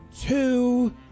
two